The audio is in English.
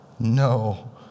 no